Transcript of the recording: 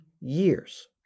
years